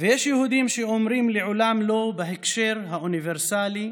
ויש יהודים שאומרים "לעולם לא" בהקשר האוניברסלי,